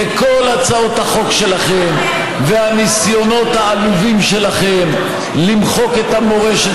וכל הצעות החוק שלכם והניסיונות העלובים שלכם למחוק את המורשת